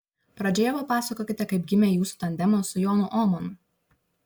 pradžioje papasakokite kaip gimė jūsų tandemas su jonu ohmanu